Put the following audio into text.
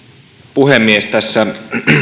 puhemies tässä